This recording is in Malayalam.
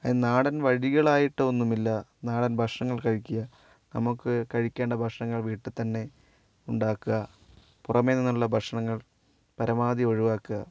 നാടൻ വഴികളായിട്ടൊന്നുമില്ല നാടൻ ഭക്ഷണം കഴിക്കുക നമുക്ക് കഴിക്കേണ്ട ഭക്ഷണങ്ങൾ വീട്ടിൽത്തന്നെ ഉണ്ടാക്കുക പുറമെ നിന്നുള്ള ഭക്ഷണങ്ങൾ പരമാവധി ഒഴിവാക്കുക